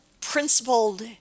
principled